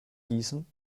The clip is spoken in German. gießen